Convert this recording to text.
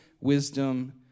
wisdom